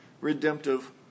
redemptive